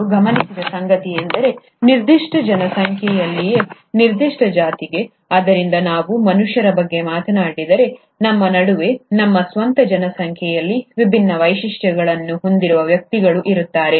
ಅವರು ಗಮನಿಸಿದ ಸಂಗತಿಯೆಂದರೆ ನಿರ್ದಿಷ್ಟ ಜನಸಂಖ್ಯೆಯಲ್ಲಿಯೇ ನಿರ್ದಿಷ್ಟ ಜಾತಿಗೆ ಆದ್ದರಿಂದ ನಾವು ಮನುಷ್ಯರ ಬಗ್ಗೆ ಮಾತನಾಡಿದರೆ ನಮ್ಮ ನಡುವೆ ಮತ್ತು ನಮ್ಮ ಸ್ವಂತ ಜನಸಂಖ್ಯೆಯಲ್ಲಿ ವಿಭಿನ್ನ ವೈಶಿಷ್ಟ್ಯಗಳನ್ನು ಹೊಂದಿರುವ ವ್ಯಕ್ತಿಗಳು ಇರುತ್ತಾರೆ